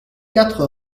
quatre